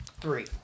Three